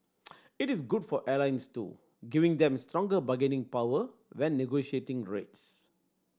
it is good for airlines too giving them stronger bargaining power when negotiating rates